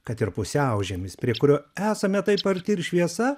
kad ir pusiaužiemis prie kurio esame taip arti ir šviesa